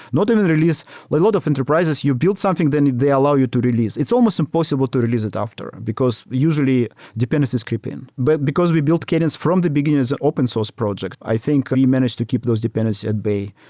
not even release. lot of enterprises, you build something then they allow you to release. it's almost impossible to release it after, because usually dependencies creep-in. but because we built cadence from the beginning as open source project, i think we managed to keep those dependencies at baby.